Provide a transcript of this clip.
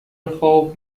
خواب